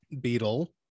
Beetle